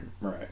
Right